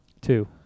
Two